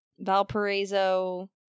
Valparaiso